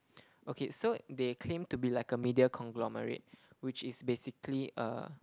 okay so they claim to be like a media conglomerate which is basically a